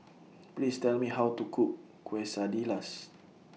Please Tell Me How to Cook Quesadillas